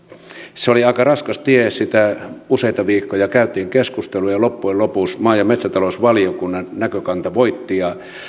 se oli aika raskas tie siitä useita viikkoja käytiin keskusteluja ja loppujen lopuksi maa ja metsätalousvaliokunnan näkökanta voitti